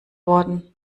worden